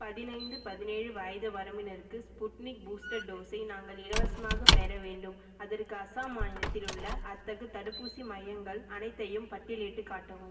பதினைந்து பதினேழு வயது வரம்பினருக்கு ஸ்புட்னிக் பூஸ்டர் டோஸை நாங்கள் இலவசமாகப் பெற வேண்டும் அதற்கு அசாம் மாநிலத்தில் உள்ள அத்தகு தடுப்பூசி மையங்கள் அனைத்தையும் பட்டியலிட்டுக் காட்டவும்